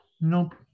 Nope